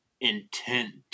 intent